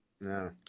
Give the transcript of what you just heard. No